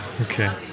Okay